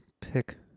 pick